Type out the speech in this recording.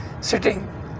sitting